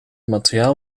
materiaal